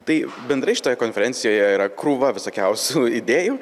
tai bendrai šitoje konferencijoje yra krūva visokiausių idėjų